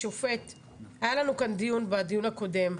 היה לנו כאן דיון בדיון הקודם,